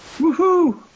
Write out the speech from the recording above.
Woohoo